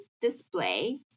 display